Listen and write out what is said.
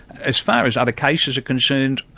as far as other cases are concerned,